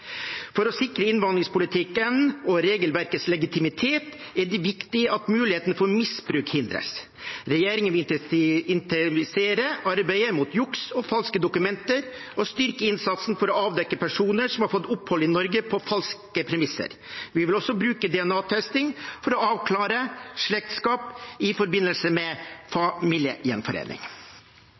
For å sikre innvandringspolitikkens og regelverkets legitimitet er det viktig at muligheten for misbruk hindres. Regjeringen vil intensivere arbeidet mot juks og falske dokumenter og styrke innsatsen for å avdekke personer som har fått opphold i Norge på falske premisser. Vi vil også bruke DNA-testing for å avklare slektskap i forbindelse med familiegjenforening.